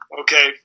okay